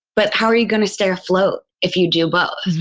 but how are you going to stay afloat if you do both?